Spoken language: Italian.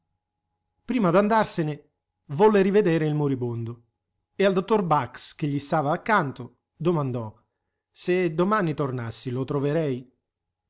mio prima d'andarsene volle rivedere il moribondo e al dottor bax che gli stava accanto domandò se domani tornassi lo troverei